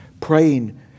praying